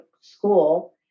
school